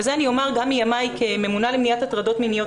ואת זה אני אומרת גם מימיי כממונה על מניעת הטרדות מיניות.